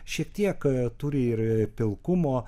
šiek tiek turi ir pilkumo